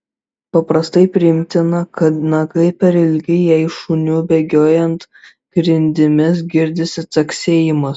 paprastai priimtina kad nagai per ilgi jei šuniui bėgiojant grindimis girdisi caksėjimas